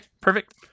Perfect